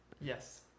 Yes